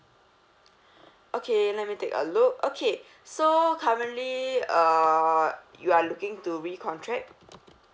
okay let me take a look okay so currently uh you are looking to recontract